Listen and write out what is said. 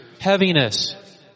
heaviness